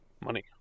money